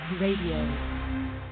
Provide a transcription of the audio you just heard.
Radio